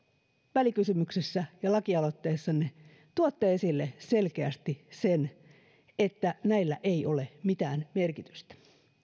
välikysymyksessä ja lakialoitteessanne tuotte esille selkeästi sen että näillä ei ole mitään merkitystä